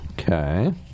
Okay